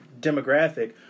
demographic